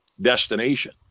destination